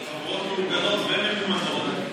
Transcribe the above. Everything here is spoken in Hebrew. של חברות מאורגנות וממומנות,